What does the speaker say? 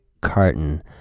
Carton